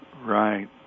Right